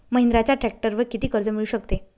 महिंद्राच्या ट्रॅक्टरवर किती कर्ज मिळू शकते?